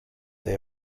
they